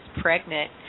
pregnant